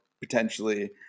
potentially